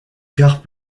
quarts